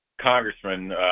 congressman –